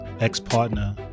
ex-partner